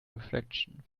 reflection